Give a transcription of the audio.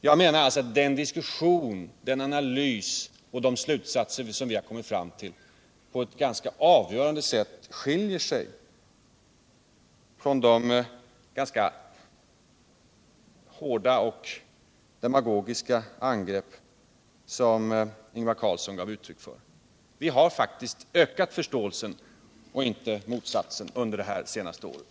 Jag menar att den diskussionen, den analysen och de slutsatser som vi kommit fram till på ett avgörande sätt skiljer sig från det ganska hårda och demagogiska angrepp som Ingvar Carlsson gav uttryck för. Förståelsen har faktiskt ökat, inte tvärtom, under det senaste året.